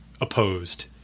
opposed